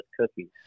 cookies